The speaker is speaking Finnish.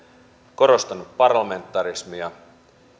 korostanut parlamentarismia